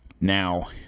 now